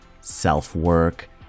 self-work